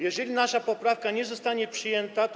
Jeżeli nasza poprawka nie zostanie przyjęta, to.